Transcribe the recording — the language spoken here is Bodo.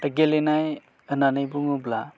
दा गेलेनाय होननानै बुङोब्ला